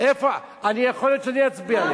יכול להיות שאצביע נגד.